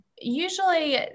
usually